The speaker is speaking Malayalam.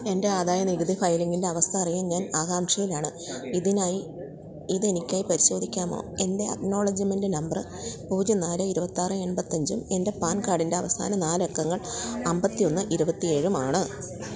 എൻ്റെ ആദായ നികുതി ഫയലിങ്ങിൻ്റെ അവസ്ഥ അറിയാൻ ഞാൻ ആകാംഷയിലാണ് ഇതിനായി ഇതെനിക്കായി പരിശോധിക്കാമോ എൻ്റെ അക്നോളജ്മെൻ്റ് നമ്പറ് പൂജ്യം നാല് ഇരുപത്താറു എൺപത്തഞ്ചും എൻ്റെ പാൻ കാർഡിൻ്റെ അവസാന നാലക്കങ്ങൾ അമ്പത്തി ഒന്ന് ഇരുപത്തി ഏഴും ആണ്